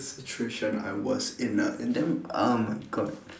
situation I was in ah and then oh my god